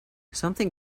something